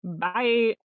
Bye